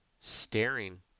staring